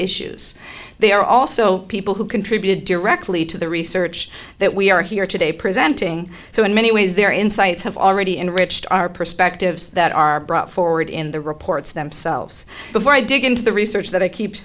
issues they are also people who contributed directly to the research that we are here today presenting so in many ways their insights have already enriched our perspectives that are brought forward in the reports themselves before i dig into the research that i keep